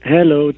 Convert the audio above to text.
Hello